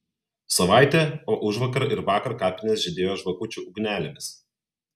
savaitė o užvakar ir vakar kapinės žydėjo žvakučių ugnelėmis